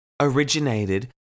originated